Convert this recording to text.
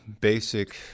basic